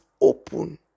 open